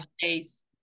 days